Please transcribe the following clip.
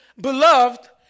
beloved